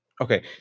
okay